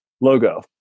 logo